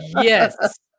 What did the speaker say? Yes